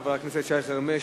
חבר הכנסת שי חרמש,